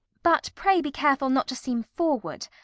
but pray be careful not to seem forward.